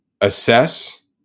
assess